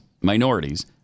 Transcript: minorities